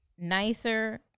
Nicer